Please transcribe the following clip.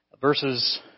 verses